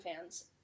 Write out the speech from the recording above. fans